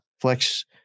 Flex